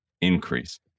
increase